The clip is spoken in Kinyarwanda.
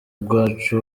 bwacu